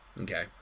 Okay